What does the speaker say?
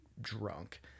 drunk